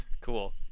Cool